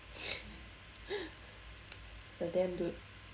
it's a dam dude